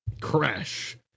Crash